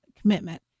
commitment